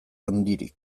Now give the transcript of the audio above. handirik